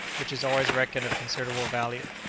which is always reckoned of considerable value.